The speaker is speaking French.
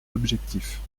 objectifs